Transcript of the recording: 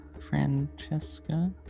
Francesca